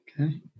Okay